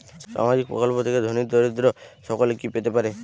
সামাজিক প্রকল্প থেকে ধনী দরিদ্র সকলে কি পেতে পারে?